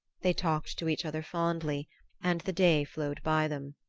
they talked to each other fondly and the day flowed by them.